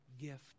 gift